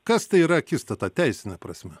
kas tai yra akistata teisine prasme